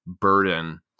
burden